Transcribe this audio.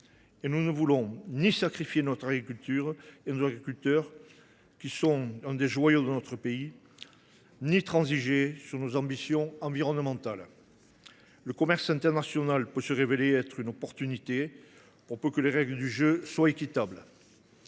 et nous ne voulons ni sacrifier notre agriculture et nos agriculteurs, qui sont un des joyaux de notre pays, ni transiger sur nos ambitions environnementales. Le commerce international peut se révéler une chance, pour peu que les règles du jeu soient équitables.